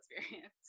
experience